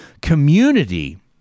community